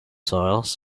soils